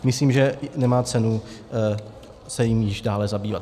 Myslím, že nemá cenu se jím již dále zabývat.